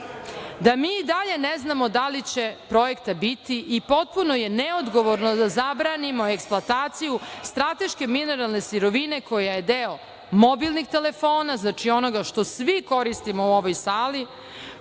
da mi i dalje ne znamo da li će projekta biti i potpuno je neodgovorno da zabranimo eksploataciju strateški mineralne sirovine koja je deo mobilnih telefona, znači onoga što svi koristimo u ovoj sali,